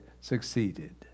succeeded